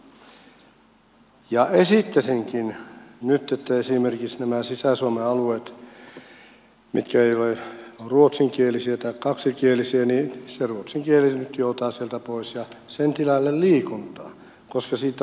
esittäisinkin nyt että esimerkiksi näillä sisä suomen alueilla mitkä eivät ole ruotsinkielisiä tai kaksikielisiä se ruotsin kieli nyt joutaa sieltä pois ja sen tilalle liikuntaa koska siitä on hyötyä sitten tulevaisuudessa